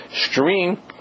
stream